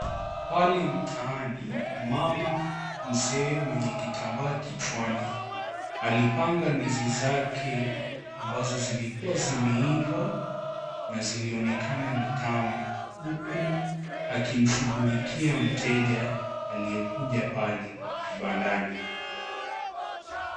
Pale mtaani mama mzee mwenye kitambaa kichwani alipanga ndizi ambazo zilikua zimeiva na zilionekana ni tamu huku akimshugulikia mteja aliyekuja pale kibandani.